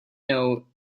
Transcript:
know